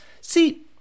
See